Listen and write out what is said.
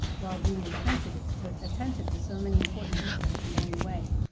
while being attentive attentive to so many important details along the way.